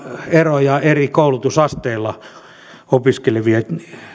eroja eri koulutusasteilla opiskelevien